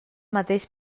mateix